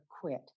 quit